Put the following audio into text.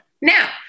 Now